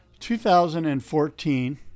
2014